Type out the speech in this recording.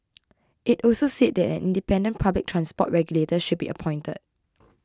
it also said that an independent public transport regulator should be appointed